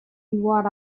what